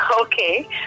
Okay